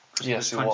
Yes